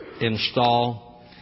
install